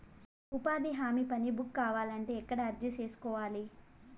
ఉపాధి హామీ పని బుక్ కావాలంటే ఎక్కడ అర్జీ సేసుకోవాలి?